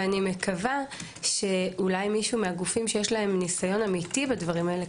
אני מקווה שאולי מישהו מן הגופים שיש להם ניסיון אמיתי בדברים האלה,